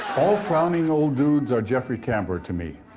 all frowning old dudes are jeffrey tam bor to me.